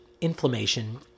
inflammation